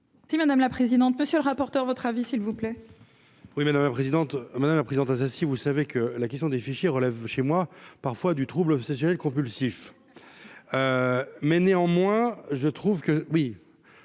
Si madame la présidente, monsieur le rapporteur, votre avis s'il vous plaît. Oui. Oui, madame la présidente, madame la présidente, si vous savez que la question des fichiers relève chez moi parfois du trouble obsessionnel compulsif, mais néanmoins, je trouve que